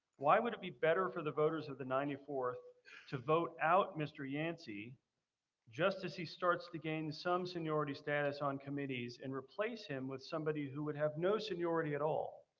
why would it be better for the voters of the ninety fourth to vote out mr. yancey just as he starts to gain some seniority status on committees and replace him with somebody who would have no seniority at all?